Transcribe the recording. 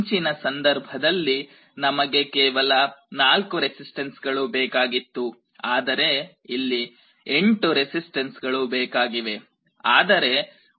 ಮುಂಚಿನ ಸಂಧರ್ಭದಲ್ಲಿ ನಮಗೆ ಕೇವಲ 4 ರೆಸಿಸ್ಟನ್ಸ್ಗಳು ಬೇಕಾಗಿತ್ತು ಆದರೆ ಇಲ್ಲಿ 8 ರೆಸಿಸ್ಟನ್ಸ್ಗಳು ಬೇಕಾಗಿವೆ